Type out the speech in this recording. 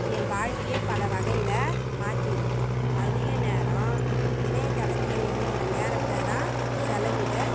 என் வாழ்க்கையே பல வகையில் மாற்றிருக்கு அதிக நேரம் இணையத்தளத்தில் என்னோடய நேரத்தை தான் செலவிட